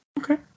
Okay